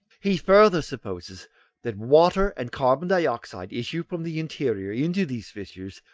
he further supposes that water and carbon-dioxide issue from the interior into these fissures,